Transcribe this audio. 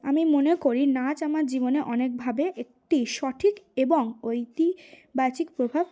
আমি মনে করি নাচ আমার জীবনে অনেকভাবে একটি সঠিক এবং ঐতিহাসিক প্রভাব